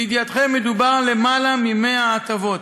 לידיעתכם, מדובר על מעל 100 הטבות.